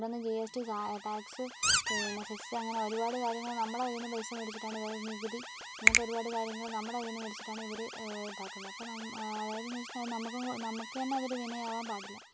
ഓരോന്ന് G S T tax പിന്നെ cess അങ്ങനെ ഒരുപാട് കാര്യങ്ങൾ നമ്മുടെ കയ്യീന്ന് പൈസ മേടിച്ചിട്ടാണ് അതായത് നികുതി അങ്ങനത്തെ ഒരുപാട് കാര്യങ്ങൾ നമ്മുടെ കയ്യീന്ന് മേടിച്ചിട്ടാണ് ഇവർ ഇതാക്കുന്നത് അപ്പോൾ നമുക്ക് അതായത് എന്ന് വെച്ചിട്ടുണ്ടെങ്കിൽ നമുക്ക് നമുക്കന്നെ അതൊരു വിനയാവാൻ പാടില്ല